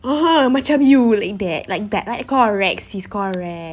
hor hor macam you like that like that like correct sis correct